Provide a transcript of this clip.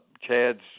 Chad's